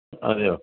അതെയോ